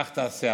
כך תעשה.